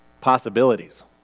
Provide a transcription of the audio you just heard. possibilities